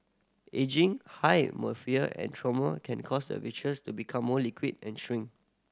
ageing high myopia and trauma can cause the vitreous to become more liquid and shrink